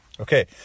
Okay